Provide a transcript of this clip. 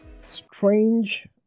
Strange